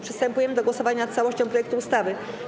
Przystępujemy do głosowania nad całością projektu ustawy.